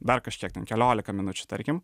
dar kažkiek ten keliolika minučių tarkim